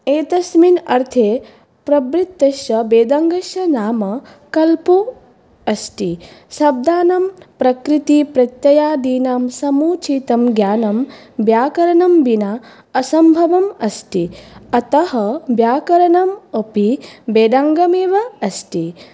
एतस्मिन् अर्थे प्रवृतस्य वेदाङ्गस्य नाम कल्पो अस्ति शब्दानां प्रकृतिप्रत्ययादीनां समुचितं ज्ञानं व्याकरणं विना असम्भवम् अस्ति अतः व्याकरणम् अपि वेदाङ्गमेव अस्ति